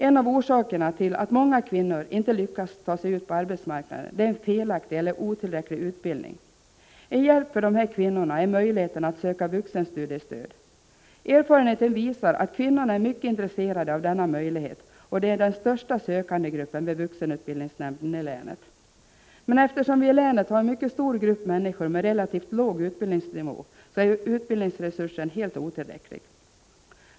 En av orsakerna till att många kvinnor inte lyckas ta sig ut på arbetsmarknaden är en felaktig eller otillräcklig utbildning. En hjälp för dessa kvinnor är möjligheterna att söka vuxenstudiestöd. Erfarenheten visar att kvinnorna är mycket intresserade av denna möjlighet, och de är den största sökandegruppen vid vuxenutbildningsnämnden i länet. Men eftersom vi i länet har en stor grupp människor med relativt låg utbildningsnivå är vuxenutbildningsresursen helt otillräcklig.